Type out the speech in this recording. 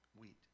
wheat